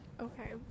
Okay